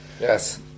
yes